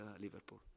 Liverpool